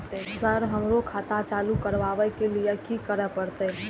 Sir हमरो खाता चालू करबाबे के ली ये की करें परते?